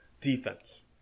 defense